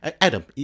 Adam